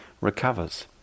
recovers